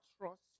trust